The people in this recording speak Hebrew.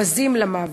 בזים למוות?